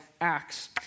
Acts